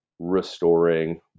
restoring